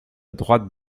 droite